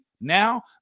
now